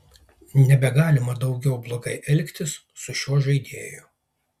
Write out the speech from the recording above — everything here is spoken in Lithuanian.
nebegalima daugiau blogai elgtis su šiuo žaidėju